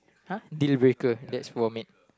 !huh! dealbreaker that's for me